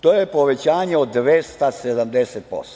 To je povećanje od 270%